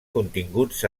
continguts